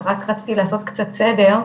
אז רק רציתי לעשות קצת סדר,